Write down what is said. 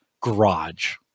garage